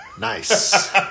Nice